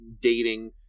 dating